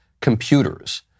computers